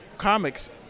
comics